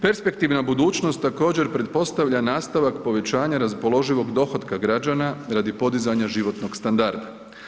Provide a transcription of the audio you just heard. Perspektivna budućnost također pretpostavlja nastavak povećanja raspoloživog dohotka građana radi podizanja životnog standarda.